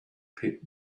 pit